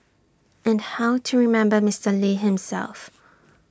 and how to remember Mister lee himself